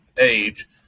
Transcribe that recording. age